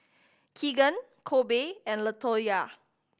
Kegan Kobe and Latoyia